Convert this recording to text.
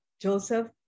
Joseph